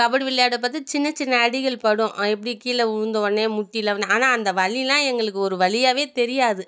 கபடி விளையாடும்போது சின்ன சின்ன அடிகள் படும் எப்படி கீழே விழுந்தவொன்னே முட்டிலெல்லாம் படும் ஆனால் அந்த வலியெல்லாம் எங்களுக்கு ஒரு வலியாகவே தெரியாது